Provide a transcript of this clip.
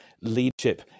leadership